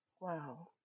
Wow